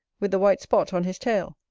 with the white spot on his tail.